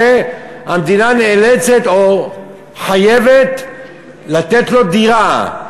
המדינה נאלצת או חייבת לתת לו דירה,